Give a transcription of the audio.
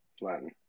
Latin